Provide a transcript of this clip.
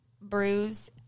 bruise